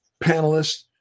panelists